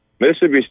Mississippi